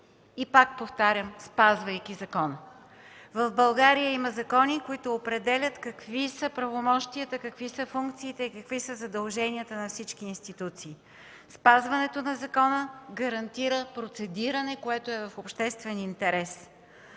И пак повтарям – спазвайки закона! В България има закони, които определят какви са правомощията, какви са функциите и задълженията на всички институции. Спазването на закона гарантира процедиране, което е в обществен интерес.